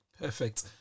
Perfect